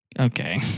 Okay